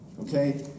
Okay